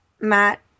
Matt